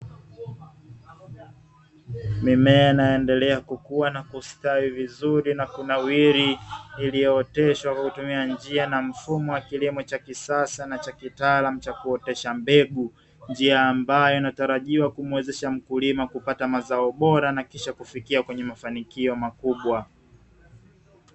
Mimea inayoendelea kukua na kustawi vizuri na kunawiri iliyolimwa na kuoteshwa kwa mfumo wa kilimo cha kisasa na cha kitaalamu cha kuotesha mbegu, njia ambayo inatarajiwa kumuwezesha mkulima kupata mazao bora na kisha kufikia kwenye mafanikio makubwa.